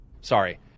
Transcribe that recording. sorry